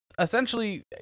essentially